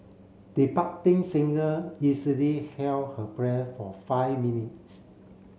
the singer easily held her breath for five minutes